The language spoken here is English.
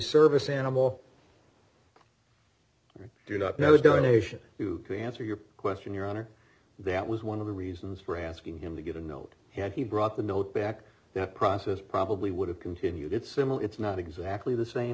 service animal i do not know donation who can answer your question your honor that was one of the reasons for asking him to get a note had he brought the note back that process probably would have continued it's similar it's not exactly the same